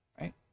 right